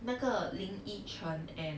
那个 lin yi chen and